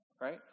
right